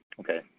Okay